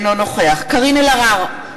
אינו נוכח קארין אלהרר,